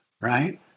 right